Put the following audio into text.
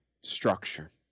structure